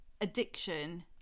addiction